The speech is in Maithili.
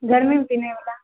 गरमीमे पिन्है बाला